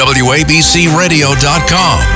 wabcradio.com